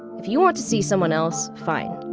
if you want to see someone else, fine.